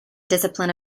discipline